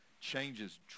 changes